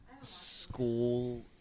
school